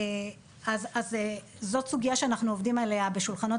אז זאת סוגיה שאנחנו עובדים עליה בשולחנות